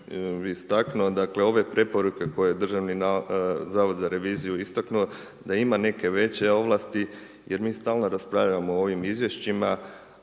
istaknuo ove preporuke koje Državni zavod za reviziju istaknuto da ima neke veće ovlasti jer mi stalno raspravljamo o ovim izvješćima.